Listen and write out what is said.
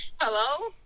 Hello